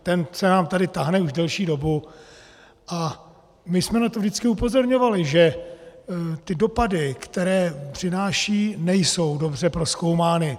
Ten se nám tady táhne už delší dobu a my jsme na to vždycky upozorňovali, že dopady, které přináší, nejsou dobře prozkoumány.